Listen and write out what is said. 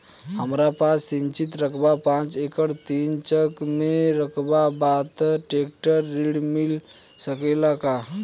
हमरा पास सिंचित रकबा पांच एकड़ तीन चक में रकबा बा त ट्रेक्टर ऋण मिल सकेला का?